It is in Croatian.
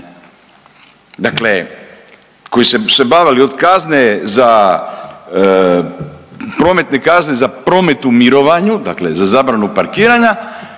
Dakle, koji su se bavili od kazne, prometne kazne za promet u mirovanju, dakle za zabranu parkiranju,